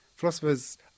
Philosophers